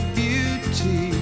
beauty